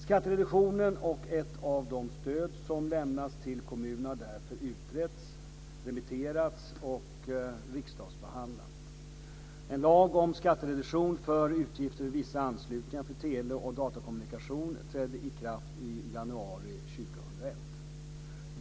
Skattereduktionen och ett av de stöd som lämnas till kommuner har därför utretts, remitterats och riksdagsbehandlats. En lag om skattereduktion för utgifter för vissa anslutningar för tele och datakommunikation trädde i kraft i januari 2001.